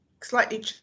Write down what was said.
slightly